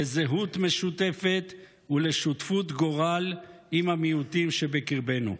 לזהות משותפת ולשותפות גורל עם המיעוטים שבקרבנו.